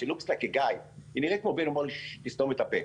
She looks like a guy.